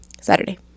Saturday